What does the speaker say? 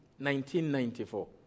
1994